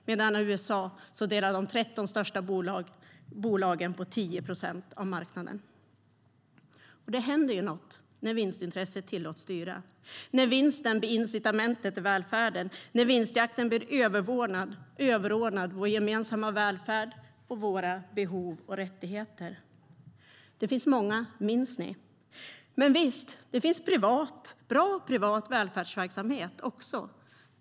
I USA delar de 13 största bolagen på 10 procent av marknaden. Det händer något när vinstintresset tillåts styra, när vinsten blir incitamentet i välfärden och när vinstjakten blir överordnad vår gemensamma välfärd och våra behov och rättigheter. Det finns många "minns ni". Men visst, det finns bra privat välfärdsverksamhet också.